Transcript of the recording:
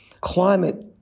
Climate